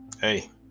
hey